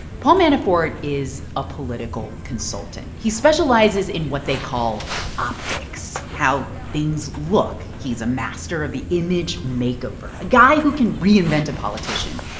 paul manafort is a political consultant. he specializes in what they call optics how things look. he's a master of the image makeover, a guy who can reinvent a politician,